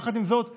יחד עם זאת,